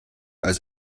als